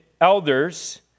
elders